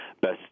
best